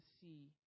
see